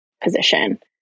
position